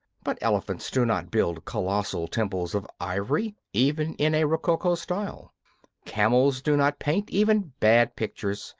but elephants do not build colossal temples of ivory even in a roccoco style camels do not paint even bad pictures,